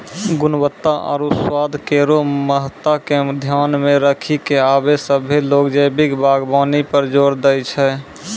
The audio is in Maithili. गुणवत्ता आरु स्वाद केरो महत्ता के ध्यान मे रखी क आबे सभ्भे लोग जैविक बागबानी पर जोर दै छै